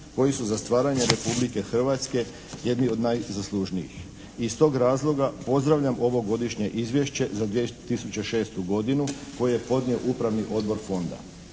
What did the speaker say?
koji su za stvaranje Republike Hrvatske jedni od najzaslužnijih. Iz tog razloga pozdravljam ovogodišnje Izvješće za 2006. godinu koji je podnio Upravni odbor Fonda.